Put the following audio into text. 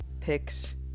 picks